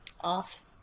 off